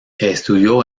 estudió